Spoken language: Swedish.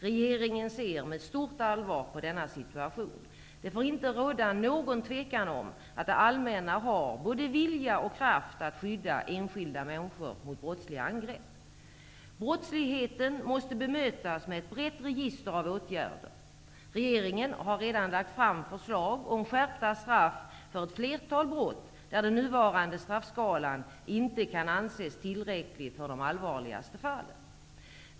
Regeringen ser med stort allvar på denna situation. Det får inte råda någon tvekan om att det allmänna har både vilja och kraft att skydda enskilda människor mot brottsliga angrepp. Brottsligheten måste bemötas med ett brett register av åtgärder. Regeringen har redan lagt fram förslag om att skärpa straffet för ett flertal brott där den nuvarande straffskalan inte kan anses vara tillräcklig för de allvarligaste fallen.